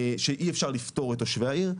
שאי אפשר לפתור את תושבי העיר,